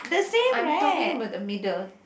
I am talking about the middle